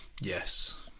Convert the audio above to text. yes